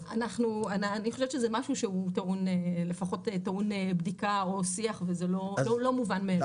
אני חושבת שזה משהו שהוא לפחות טעון בדיקה או שיח וזה לא מובן מאליו.